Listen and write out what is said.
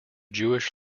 jewish